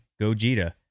Gogeta